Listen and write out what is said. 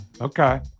okay